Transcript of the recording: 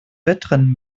wettrennen